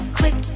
quick